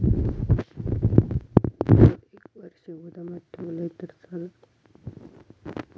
ऊस असोच एक वर्ष गोदामात ठेवलंय तर चालात?